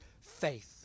faith